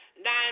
Nine